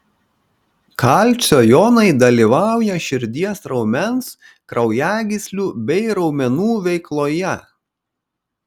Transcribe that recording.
kalcio jonai dalyvauja širdies raumens kraujagyslių bei raumenų veikloje